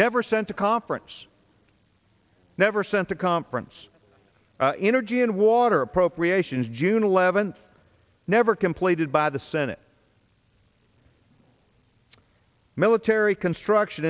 never sent to conference never sent to conference energy and water appropriations june eleventh never completed by the senate military construction